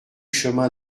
chemin